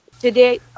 today